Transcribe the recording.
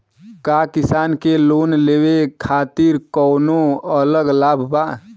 का किसान के लोन लेवे खातिर कौनो अलग लाभ बा?